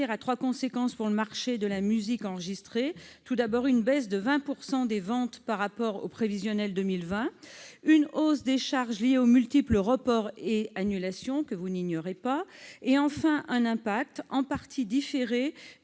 a trois conséquences pour le marché de la musique enregistrée : une baisse de 20 % des ventes par rapport au prévisionnel pour 2020, une hausse des charges liées aux multiples reports et annulations et, enfin, un impact en partie différé